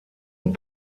und